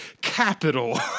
capital